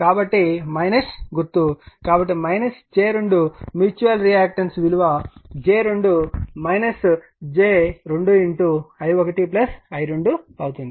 కాబట్టి గుర్తు కాబట్టి j 2 మ్యూచువల్ రియాక్టన్స్ విలువ j 2 j 2 i1 i2 అవుతుంది